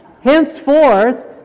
Henceforth